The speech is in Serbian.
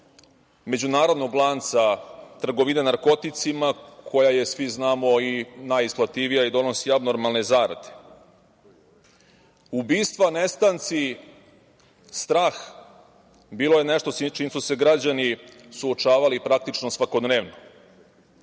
međunarodnog lanca trgovine narkoticima koja je, svi znamo, najisplativija i donosi abnormalne zarade. Ubistva, nestanci, strah, bilo je nešto s čim su se građani suočavali, praktično svakodnevno,